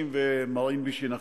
ומרעין בישין אחרים,